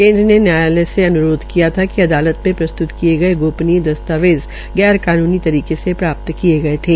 केन्द्र ने न्यायालय से अन्रोध किया था कि अदालत प्रस्त्त किये गये गोपनीय दसतवेज़ गैर कानूनी तरीके से प्राप्त से प्राप्त किये गये थे